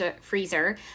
freezer